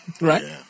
right